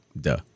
Duh